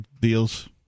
deals